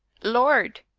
lord!